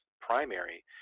primary